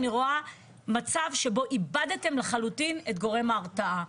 אני רואה מצב שבו איבדתם לחלוטין את גורם ההרתעה.